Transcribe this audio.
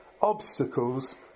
obstacles